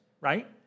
right